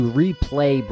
replay